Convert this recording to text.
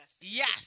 Yes